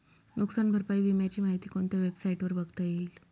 नुकसान भरपाई विम्याची माहिती कोणत्या वेबसाईटवर बघता येईल?